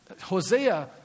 Hosea